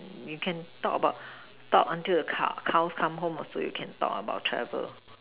you can talk about talk until the cow cows come home also you can talk about travel